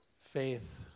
faith